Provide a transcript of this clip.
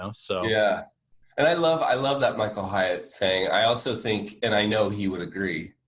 ah so yeah. and i love i love that michael hyatt saying. i also think and i know he would agree,